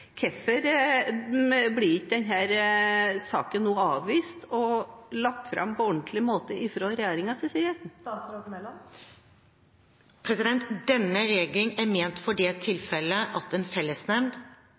Hvorfor blir ikke denne saken nå avvist og lagt fram på en ordentlig måte fra regjeringens side? Denne regelen er ment for det